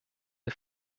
der